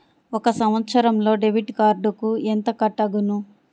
ఒక సంవత్సరంలో డెబిట్ కార్డుకు ఎంత కట్ అగును?